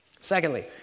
Secondly